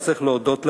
אבל צריך להודות להם,